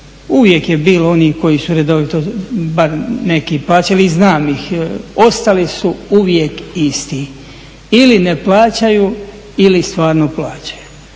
uvijek je bilo onih koji su redovito, bar neki plaćali, znam ih, ostali su uvijek isti. Ili ne plaćaju ili stvarno plaćaju